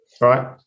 right